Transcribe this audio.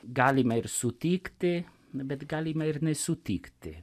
galime ir sutikti bet galime ir nesutikti